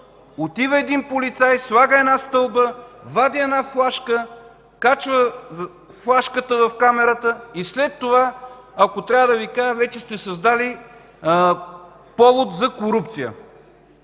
Отива един полицай, слага стълба, вади флашка, качва флашката в камерата и след това, ако трябва да Ви кажа, вече сте създали повод за корупция.